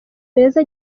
meza